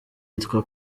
yitwa